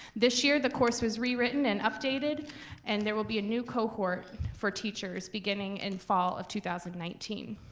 this year the course was rewritten and updated and there will be a new cohort for teachers beginning in fall of two thousand and nineteen.